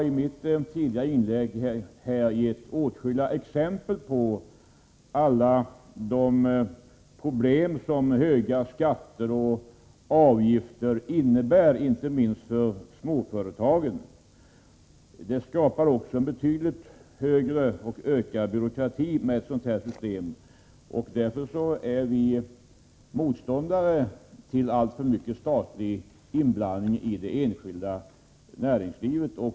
I mitt tidigare inlägg gav jag åtskilliga exempel på alla de problem som höga skatter och avgifter innebär, inte minst för småföretagen. Ett selektivt system skapar också en betydligt ökad byråkrati. Därför är vi motståndare till alltför stor statlig inblandning i det enskilda näringslivet.